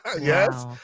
Yes